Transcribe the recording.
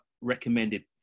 recommended